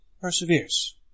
perseveres